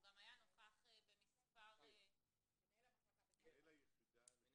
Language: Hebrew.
הוא היה נוכח במספר --- הוא מנהל המחלקה בקפלן?